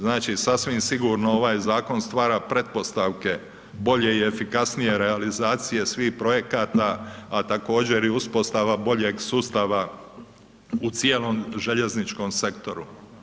Znači, sasvim sigurno ovaj Zakon stvara pretpostavke bolje i efikasnije realizacije svih projekata, a također i uspostava boljeg sustava u cijelom željezničkom sektoru.